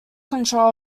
control